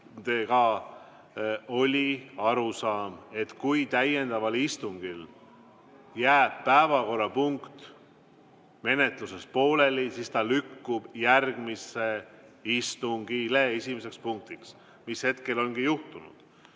teil oli arusaam, et kui täiendaval istungil jääb päevakorrapunkti menetlus pooleli, siis see lükkub järgmise istungi esimeseks punktiks, nagu hetkel ongi juhtunud.